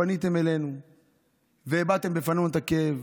שפניתם אלינו והבעתם בפנינו את הכאב,